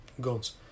guns